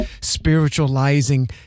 spiritualizing